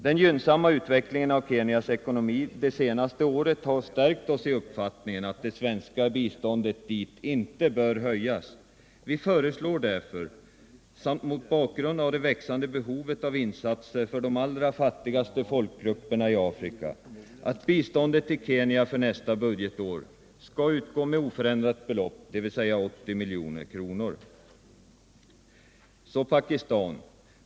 Den gynnsamma utvecklingen av Kenyas ekonomi det senaste året har stärkt oss i vår uppfattning att det svenska biståndet dit inte bör höjas. Vi föreslår därför, samt mot bakgrund av det växande behovet av insatser för de allra fattigaste folkgrupperna i Afrika, att biståndet till Kenya för nästa budgetår skall utgå med oförändrat belopp, dvs. 80 milj.kr.